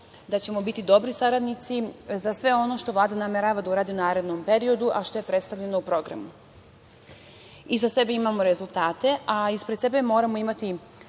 da ćemo biti dobri saradnici za sve ono što Vlada namerava da uradi u narednom periodu, a što je predstavljeno u programu. Iza sebe imamo rezultate, a ispred sebe moramo imati